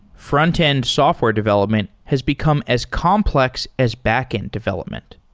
frontend software development has become as complex as backend development.